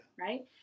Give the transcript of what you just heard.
right